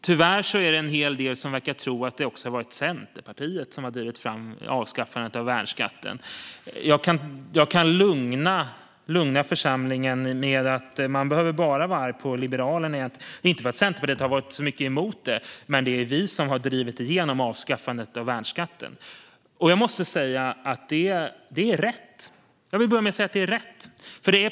Tyvärr är det en hel del som verkar tro att också Centerpartiet har drivit fram avskaffandet av värnskatten. Jag kan lugna församlingen med att man bara behöver vara arg på Liberalerna - inte för att Centerpartiet har varit så mycket emot det, men det är vi som har drivit igenom avskaffandet av värnskatten. Jag måste säga att det är rätt.